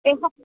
এই